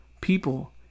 people